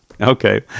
Okay